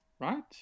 right